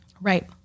Right